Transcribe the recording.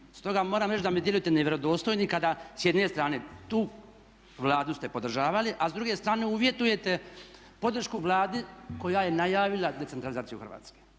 Stoga moram reći da mi djelujete nevjerodostojni kada s jedne strane tu Vladu ste podržavali, a s druge strane uvjetujete podršku Vladi koja je najavila decentralizaciju Hrvatske.